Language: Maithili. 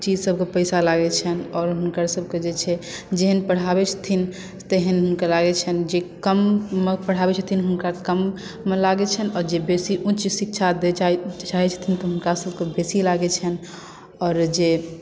चीज सबके पैसा लागै छनि आओर हुनकर सबके जे छै जेहन पढ़ाबै छथिन तेहन हुनकर लागै छनि जे कम मे पढ़ाबै छथिन हुनका कम लागै छनि आओर जे बेसी उच्च शिक्षा दै चाहै छथिन तऽ हुनका सब के बेसी लागै छनि आओर जे